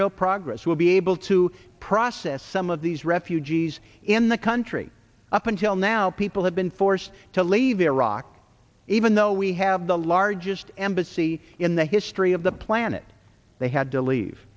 real progress will be able to process some of these refugees in the country up until now people have been forced to leave iraq even though we have the largest embassy in the history of the planet they had to leave